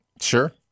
Sure